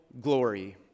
glory